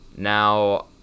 Now